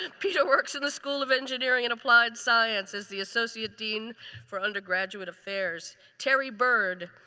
and peter works in the school of engineering and applied science as the associate dean for undergraduate affairs. terry byrd.